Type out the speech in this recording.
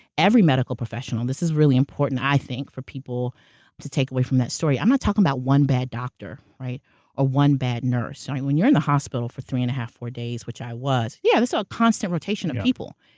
every medical professional, this is really important, i think, for people to take away from that story. i'm not talking about one bad doctor or ah one bad nurse. when you're in the hospital for three and a half, four days, which i was, yeah, there's so a constant rotation of people.